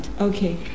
Okay